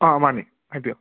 ꯑ ꯃꯥꯅꯦ ꯍꯥꯏꯕꯤꯌꯣ